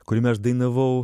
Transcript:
kuriame aš dainavau